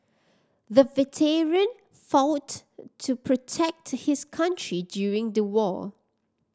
the veteran fought to protect his country during the war